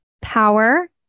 power